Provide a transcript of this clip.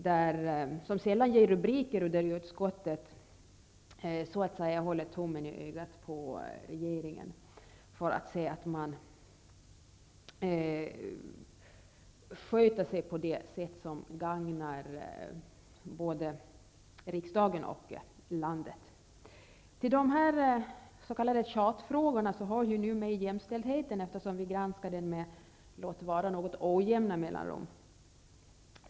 De ger sällan några rubriker men det är där utskottet så att säga håller tummen på ögat på regeringen för att se att man sköter sig på ett sätt som gagnar både regeringen och landet. Till de s.k. tjatfrågorna hör numera jämställdhetsfrågan eftersom vi granskar den med, låt vara, något ojämna mellanrum.